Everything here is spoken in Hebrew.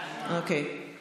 להעביר את